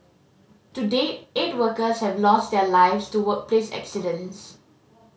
to date eight workers have lost their lives to workplace accidents